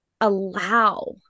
allow